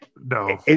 No